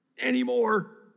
anymore